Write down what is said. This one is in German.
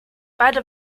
beide